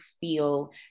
feel